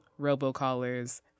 robocallers